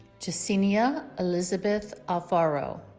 jessenia elizabeth alfaro